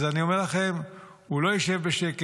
אז אני אומר לכם, הוא לא ישב בשקט